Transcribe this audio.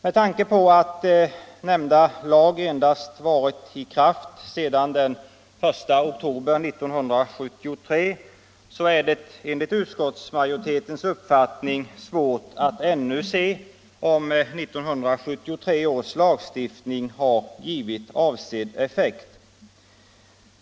Med tanke på att nämnda lag endast varit i kraft sedan den 1 oktober 1973 är det enligt utskottsmajoritetens uppfattning svårt att redan nu se om 1973 års lagstiftning har givit avsedd effekt.